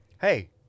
Hey